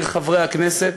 צעיר חברי הכנסת,